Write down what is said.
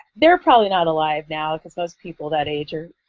they're probably not alive now, because most people that age are,